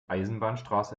eisenbahnstraße